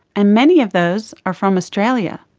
and many of those are from australia.